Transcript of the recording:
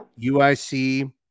uic